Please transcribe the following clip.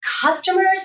customers